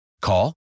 Call